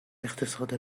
اقتصاد